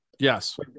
Yes